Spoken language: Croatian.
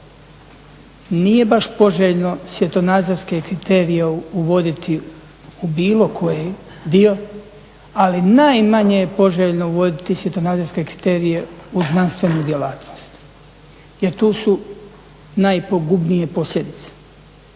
nije baš poželjno svjetonazorske kriterije uvoditi u bilo koji dio, ali najmanje je poželjno uvoditi svjetonazorske kriterije u znanstvenu djelatnost jer tu su najpogubnije posljedice.